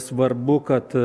svarbu kad